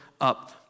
up